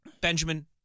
Benjamin